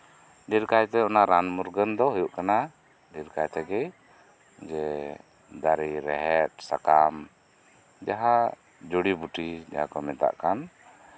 ᱰᱷᱮᱨ ᱠᱟᱭᱛᱮ ᱚᱱᱟ ᱨᱟᱱ ᱢᱩᱨᱜᱟᱹᱱ ᱫᱚ ᱦᱩᱭᱩᱜ ᱠᱟᱱᱟ ᱰᱷᱮᱨ ᱠᱟᱭ ᱛᱮᱜᱮ ᱡᱮ ᱫᱟᱨᱮ ᱨᱮᱦᱮᱫ ᱥᱟᱠᱟᱢ ᱡᱟᱸᱦᱟ ᱡᱩᱲᱤ ᱵᱩᱴᱤ ᱡᱟᱸᱦᱟ ᱠᱚ ᱢᱮᱛᱟᱜ ᱠᱟᱱ